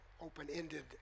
open-ended